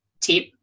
tip